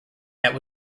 that